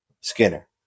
Skinner